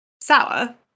sour